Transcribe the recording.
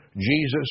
Jesus